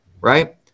right